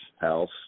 house